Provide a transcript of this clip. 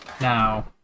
now